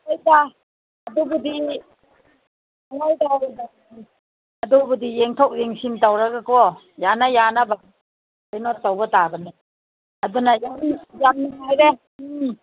ꯍꯣꯏꯗ ꯑꯗꯨꯕꯨꯗꯤ ꯍꯣꯏꯗ ꯍꯣꯏꯗ ꯑꯗꯨꯕꯨꯗꯤ ꯌꯦꯡꯊꯣꯛ ꯌꯦꯡꯁꯤꯟ ꯇꯧꯔꯒꯀꯣ ꯌꯥꯅ ꯌꯥꯅꯕ ꯀꯩꯅꯣ ꯇꯧꯕ ꯇꯥꯕꯅꯤ ꯑꯗꯨꯅ ꯌꯥꯝ ꯅꯨꯡꯉꯥꯏꯔꯦ ꯎꯝ